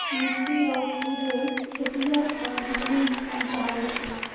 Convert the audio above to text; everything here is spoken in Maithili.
मिट्टी रो कीड़े खेतीहर क हानी पहुचाबै छै